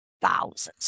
thousands